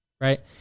right